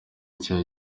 nshya